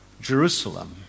Jerusalem